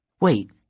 Wait